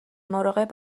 مراقب